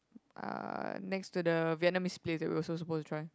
uh next to the Vietnamese place that we're also supposed to try